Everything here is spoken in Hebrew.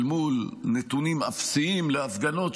אל מול נתונים אפסיים להפגנות,